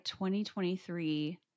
2023